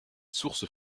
sources